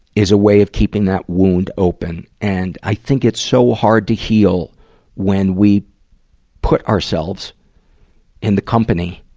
is a way of keeping that wound open. and i think it's so hard to heal when we put ourselves in the company